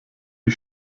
die